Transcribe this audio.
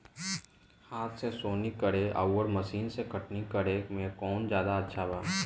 हाथ से सोहनी करे आउर मशीन से कटनी करे मे कौन जादे अच्छा बा?